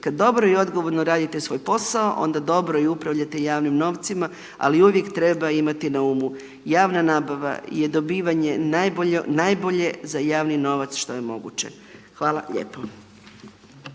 Kad dobro i odgovorno radite svoj posao, onda dobro i upravljate javnim novcima. Ali uvijek treba imati na umu – javna nabava je dobivanje najbolje za javni novac što je moguće. Hvala lijepo.